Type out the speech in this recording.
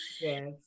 Yes